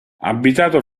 abitato